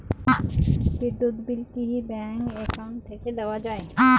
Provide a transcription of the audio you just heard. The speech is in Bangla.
বিদ্যুৎ বিল কি ব্যাংক একাউন্ট থাকি দেওয়া য়ায়?